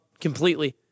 completely